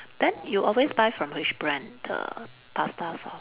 then you always buy from which brand the pasta sauce